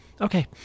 Okay